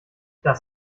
das